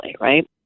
right